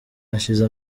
hashize